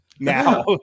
Now